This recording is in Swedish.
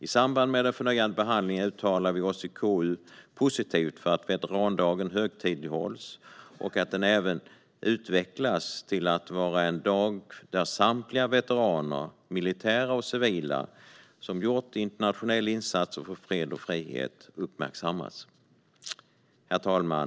I samband med den förnyade behandlingen uttalar vi i KU oss positivt för att veterandagen ska högtidlighållas och även utvecklas till att vara en dag där samtliga veteraner, militära och civila, som gjort internationella insatser för fred och frihet ska uppmärksammas. Herr talman!